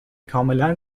کاملا